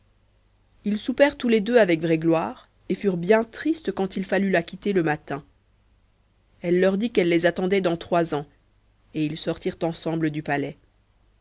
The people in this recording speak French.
ils soupèrent tous les deux avec vraie gloire et furent bien tristes quand il fallut la quitter le matin elle leur dit qu'elle les attendait dans trois ans et ils sortirent ensemble du palais